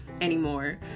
anymore